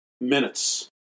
minutes